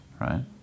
Right